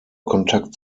kontakt